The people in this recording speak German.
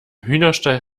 hühnerstall